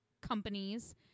companies